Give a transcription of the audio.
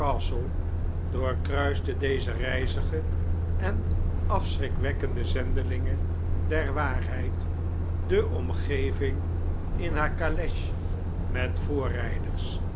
doorkruiste deze rijzige en afschrikwekkende zendelinge der waarheid de omgeving in haar caleche met